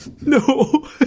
No